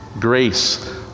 grace